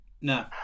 no